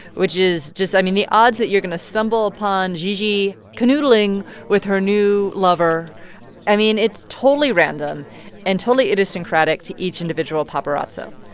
which is just i mean, the odds that you're going to stumble upon gigi canoodling with her new lover i mean, it's totally random and totally idiosyncratic to each individual paparazzo.